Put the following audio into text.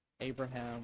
abraham